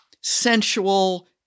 sensual